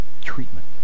treatment